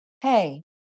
Hey